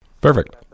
Perfect